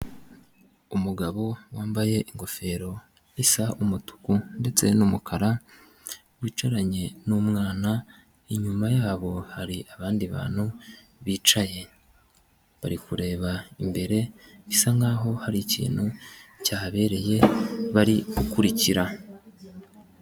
Umugabo wambaye ingofero isa umutuku ndetse n'umukara, wicaranye n'umwana, inyuma yabo hari abandi bantu bicaye, bari kureba imbere, bisa nkaho hari ikintu cyabereye bari gukurikira.